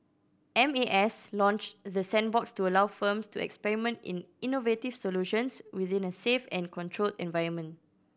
M A S launched the sandbox to allow firms to experiment in innovative solutions within a safe and controlled environment